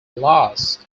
loss